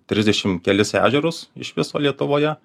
trisdešim kelis ežerus iš viso lietuvoje